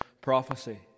prophecy